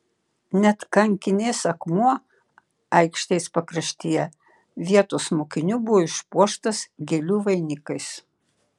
net kankinės akmuo aikštės pakraštyje vietos mokinių buvo išpuoštas gėlių vainikais